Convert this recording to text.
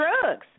drugs